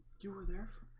you were there,